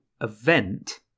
event